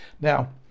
Now